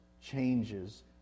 changes